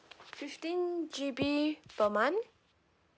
fifteen G_B per month